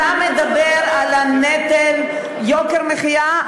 אתה מדבר על נטל יוקר המחיה?